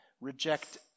reject